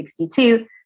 1962